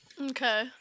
Okay